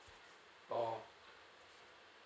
oh